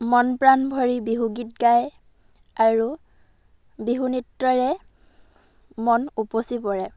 মন প্ৰাণ ভৰি বিহু গীত গায় আৰু বিহু নৃত্যৰে মন উপচি পৰে